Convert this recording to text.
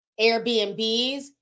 airbnbs